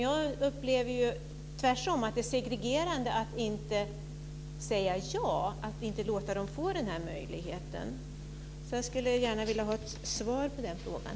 Jag upplever tvärtom att det är segregerande att inte säga ja och inte låta eleverna få den möjligheten. Jag skulle gärna vilja ha ett svar på den frågan.